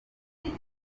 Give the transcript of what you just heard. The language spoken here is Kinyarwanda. afite